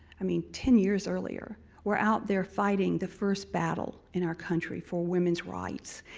i mean ten years earlier, were out there fighting the first battle in our country for womens' rights.